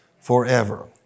forever